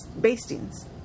Bastings